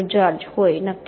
George होय नक्कीच